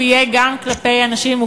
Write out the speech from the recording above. לעבוד.